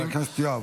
חבר הכנסת יואב,